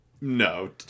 No